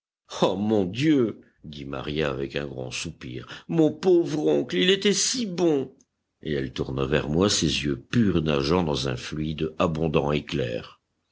oh mon dieu dit maria avec un grand soupir mon pauvre oncle il était si bon et elle tourna vers moi ses yeux purs nageant dans un fluide abondant et clair